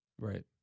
Right